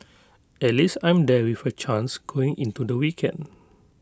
at least I'm there with A chance going into the weekend